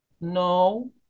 No